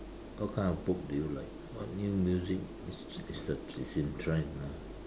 what kind of book do you like what new music is is the is in trend you know